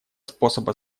способа